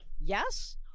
Yes